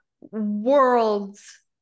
world's